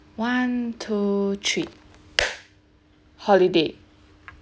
one two three holiday